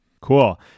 Cool